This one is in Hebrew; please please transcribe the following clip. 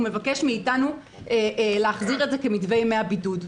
הוא מבקש מאיתנו להחזיר כמתווה ימי הבידוד.